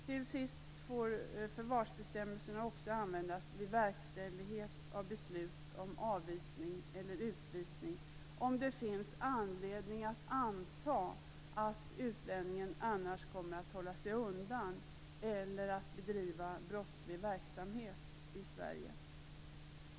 Till sist får förvarsbestämmelserna också användas vid verkställighet av beslut om avvisning eller utvisning om det finns anledning att anta att utlänningen annars kommer att hålla sig undan eller att bedriva brottslig verksamhet i Sverige.